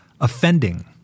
offending